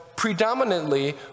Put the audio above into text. Predominantly